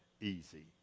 easy